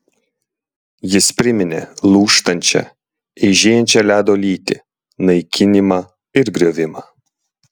jis priminė lūžtančią eižėjančią ledo lytį naikinimą ir griovimą